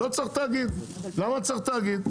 לא צריך תאגיד, למה צריך תאגיד?